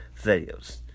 videos